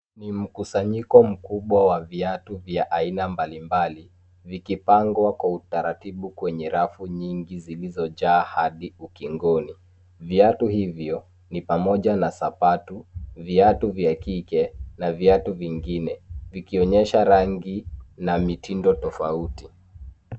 Ni mkusanyiko mkubwa wa viatu vya aina mbalimbali vikipangwa kwa utaratibu kwenye rafu nyingi zilizojaa hadi ukingoni, viatu hivyo ni pamoja na sabatu, viatu vya kike na viatu vingine vikionyesha rangi na mitindo tofauti.